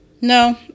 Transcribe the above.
No